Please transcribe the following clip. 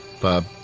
Bob